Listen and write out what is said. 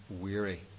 weary